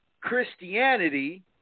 Christianity